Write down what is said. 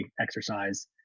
exercise